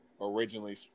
originally